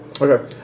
Okay